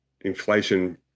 inflation